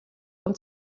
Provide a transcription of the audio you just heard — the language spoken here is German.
und